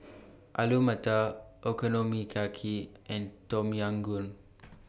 Alu Matar Okonomiyaki and Tom Yam Goong